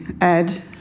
add